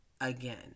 again